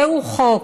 זהו חוק,